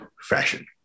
fashion